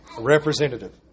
representative